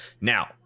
Now